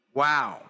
wow